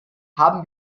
haben